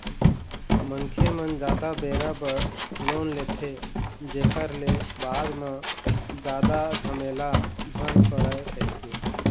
मनखे मन जादा बेरा बर लोन लेथे, जेखर ले बाद म जादा झमेला झन पड़य कहिके